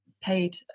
paid